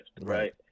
Right